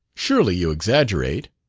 surely you exaggerate.